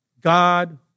God